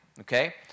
okay